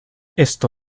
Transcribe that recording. esto